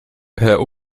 herr